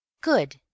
Good